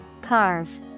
Carve